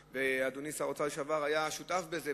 ואדוני שר האוצר לשעבר היה שותף לזה,